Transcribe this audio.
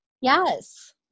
Yes